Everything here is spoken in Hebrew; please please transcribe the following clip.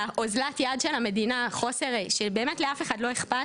ואוזלת יד של המדינה שבאמת לאף אחד לא אכפת